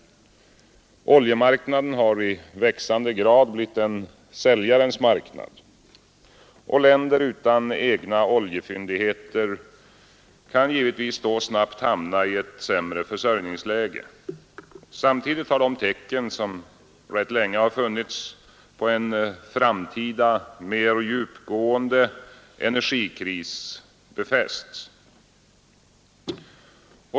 Oljemarknaden har i växande grad blivit en säljarens marknad. Länder utan egna oljefyndigheter kan givetvis då snabbt hamna i ett sämre försörjningsläge. Samtidigt har de tecken som rätt länge funnits på en framtida, mer djupgående energikris befästs.